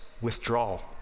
withdrawal